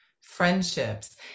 friendships